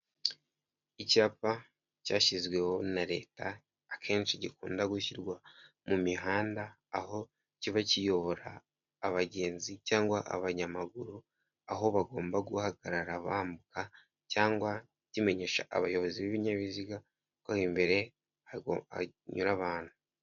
Icyapa cyashyizweho na Leta akenshi gikunda gushyirwa mu mihanda, aho kiba kiyobora abagenzi cyangwa abanyamaguru aho bagomba guhagarara bambuka, cyangwa kimenyesha abayobozi b'ibinyabiziga ko imbere hanyura abantu.